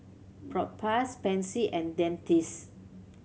Propass Pansy and Dentiste